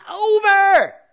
over